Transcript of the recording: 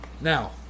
now